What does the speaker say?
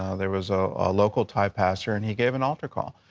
ah there was a local thai pastor, and he gave an alter call.